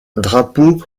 drapeau